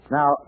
Now